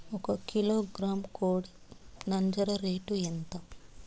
ఒక కిలోగ్రాము కోడి నంజర రేటు ఎంత?